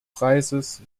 preises